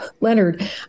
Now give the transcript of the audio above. Leonard